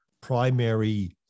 primary